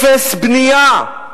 אפס בנייה,